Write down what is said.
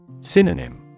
Synonym